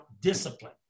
discipline